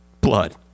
blood